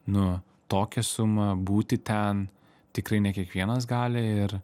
nu tokią sumą būti ten tikrai ne kiekvienas gali ir